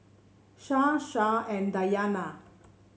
Shah Shah and Dayana